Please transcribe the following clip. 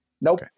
Nope